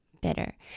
bitter